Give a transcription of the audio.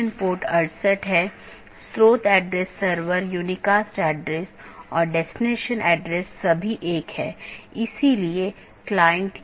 संचार में BGP और IGP का role BGP border gateway protocol और IGP इंटरनेट गेटवे प्रोटोकॉल